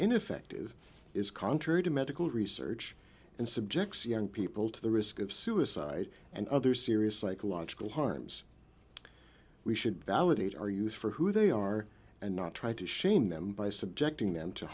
ineffective is contrary to medical research and subjects young people to the risk of suicide and other serious psychological harms we should validate our youth for who they are and not try to shame them by subjecting them to